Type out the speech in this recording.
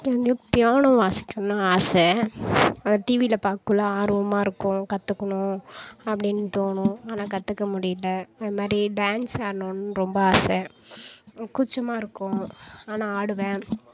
இப்போ வந்து பியானோ வாசிக்கணுன்னு ஆசை அது டிவியில் பார்க்கக்குள்ள ஆர்வமாக இருக்கும் கற்றுக்கணும் அப்படின்னு தோணும் ஆனால் கற்றுக்க முடியல அதுமாதிரி டேன்ஸ் ஆடணுன்னு ரொம்ப ஆசை ம் கூச்சமாக இருக்கும் ஆனால் ஆடுவேன்